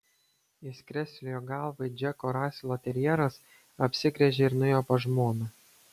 jis krestelėjo galvą it džeko raselo terjeras apsigręžė ir nuėjo pas žmoną